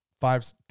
five